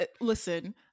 listen